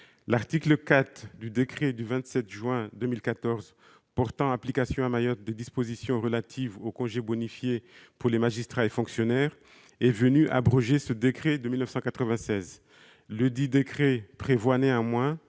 L'article 4 du 27 juin 2014 portant application à Mayotte des dispositions relatives aux congés bonifiés pour les magistrats et fonctionnaires est venu abroger ce décret de 1996. Ledit décret prévoit néanmoins,